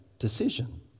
decision